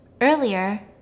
earlier